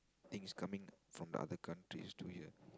things coming from the other countries to here